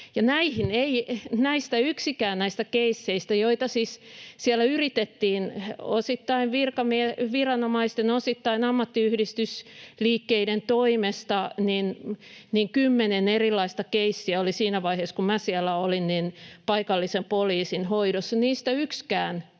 Näistä keisseistä, joita siellä yritettiin osittain viranomaisten, osittain ammattiyhdistysliikkeiden toimesta, kymmenen erilaista keissiä oli siinä vaiheessa, kun minä siellä olin, paikallisen poliisin hoidossa. Niistä yksikään